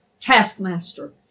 taskmaster